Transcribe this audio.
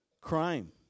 Crime